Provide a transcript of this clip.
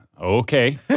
Okay